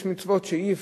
יש מצוות שאי-אפשר,